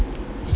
mm